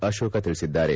ಅತೋಕ ತಿಳಿಸಿದ್ದಾರೆ